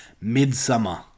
*Midsummer*